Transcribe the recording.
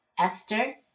Esther